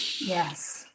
yes